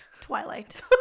Twilight